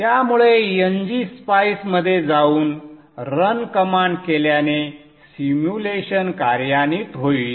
त्यामुळे ngSpice मध्ये जाऊन रन कमांड केल्याने सिम्युलेशन कार्यान्वित होईल